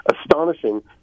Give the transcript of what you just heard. Astonishing